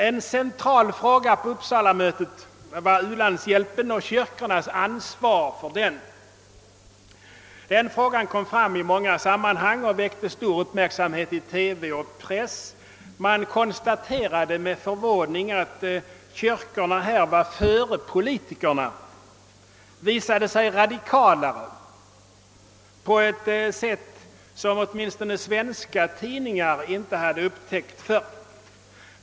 En central fråga på Uppsalamötet var u-landshjälpen och kyrkornas ansvar för denna. Den frågan kom fram i många sammanhang och väckte stor uppmärksamhet i TV och press. Man konstaterade med förvåning att kyrkorna här var före politikerna, visade sig radikalare på ett sätt som åtminstone svenska tidningar inte upptäckt förr.